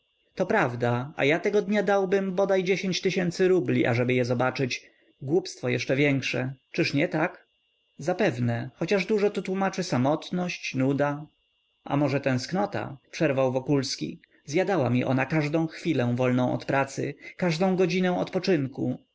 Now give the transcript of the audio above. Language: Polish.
to prawda a ja tego dnia dałbym bodaj dziesięć tysięcy rubli ażeby je zobaczyć głupstwo jeszcze większe czy nie tak zapewne chociaż dużo tu tłomaczy samotność nudy a może tęsknota przerwał wokulski zjadała mi ona każdą chwilę wolną od pracy każdą godzinę